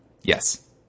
Yes